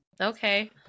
okay